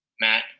Matt